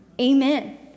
amen